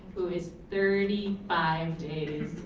who is thirty five days